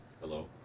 Hello